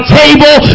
table